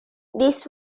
this